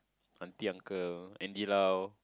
auntie uncle Andy-Lau